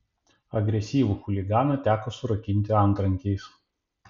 agresyvų chuliganą teko surakinti antrankiais